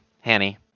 Hanny